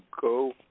go